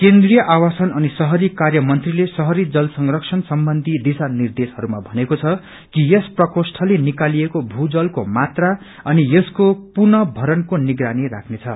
केन्द्रीय आवासन अनि शहरी कार्य मंत्रालयले शहरी जल संरक्षण सम्बन्धी दिशा निर्देशहरूमा भनेको छ कि यस प्रकोष्ठले निकालिएको भू जलको मात्रा अनि यसको पुनमरणको निगरानी राख्नेछ